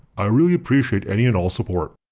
i really appreciate any and all support.